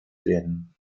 werden